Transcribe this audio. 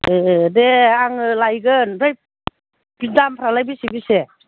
ए दे आङो लायगोन ओमफ्राय दामफ्रालाइ बेसे बेसे